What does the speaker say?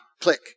Click